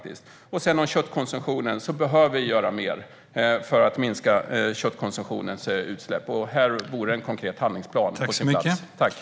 När det gäller köttkonsumtionen behöver vi göra mer för att minska utsläppen. Här vore en konkret handlingsplan på sin plats.